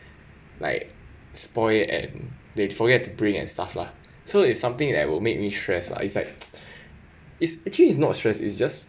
like spoiled and they forget to bring and stuff lah so it's something that will make me stressed lah is like is actually is not stress is just